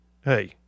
hey—